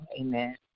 Amen